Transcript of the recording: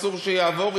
אסור שיעבור,